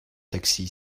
taxi